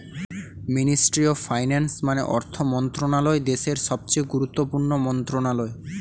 ministry of finance মানে অর্থ মন্ত্রণালয় দেশের সবচেয়ে গুরুত্বপূর্ণ মন্ত্রণালয়